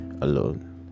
alone